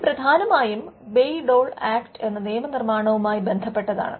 ഇത് പ്രധാനമായും Bayh Dole act എന്ന നിയമ നിർമ്മാണവുമായി ബന്ധപ്പെട്ടതാണ്